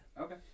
Okay